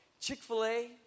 Chick-fil-A